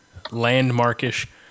landmarkish